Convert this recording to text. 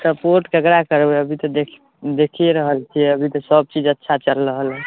support ककरा करबै अभी तऽ देखिए रहल छिए अभी तऽ सब चीज अच्छा चलि रहल हइ